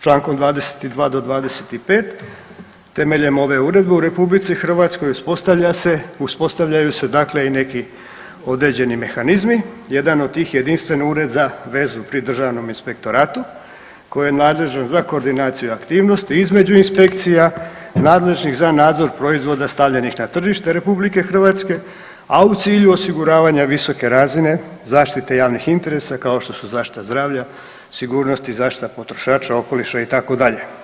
Čl. 22-25 temeljem ove Uredbe u RH uspostavlja se, uspostavljaju se dakle i neki određeni mehanizmi, jedan od tih Jedinstveni ured za vezu pri Državnom inspektoratu koje je nadležno za koordinaciju aktivnosti između inspekcija nadležnih za nadzor proizvoda stavljenih na tržište RH, a u cilju osiguravanja visoke razine zaštite javnih interesa, kao što su zaštita zdravlja, sigurnost i zaštita potrošača, okoliša, itd.